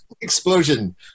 Explosion